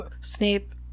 Snape